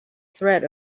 threat